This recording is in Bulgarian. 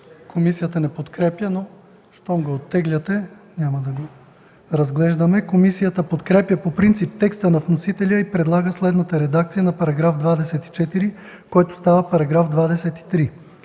комисията не подкрепя, но е оттеглено и няма да го разглеждаме. Комисията подкрепя по принцип текста на вносителя и предлага следната редакция на § 24, който става § 23: „§ 23.